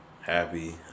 happy